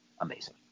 amazing